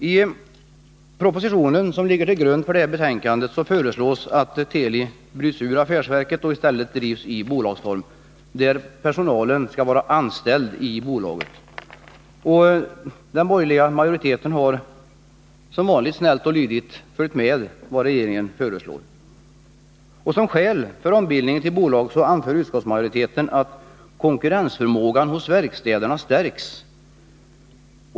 I den proposition som ligger till grund för betänkandet föreslås att Teli bryts ut från televerket och förvandlas till ett bolag, där personalen skall vara anställd i bolaget. Den borgerliga majoriteten har, som vanligt, snällt och lydigt följt regeringens förslag. Som skäl för ombildningen anför utskottsmajoriteten att konkurrensför | mågan hos verkstäderna stärks.